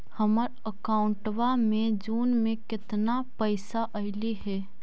हमर अकाउँटवा मे जून में केतना पैसा अईले हे?